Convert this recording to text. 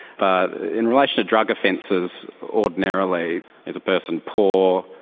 but in relation to drug offences ordinarily it's a person poor,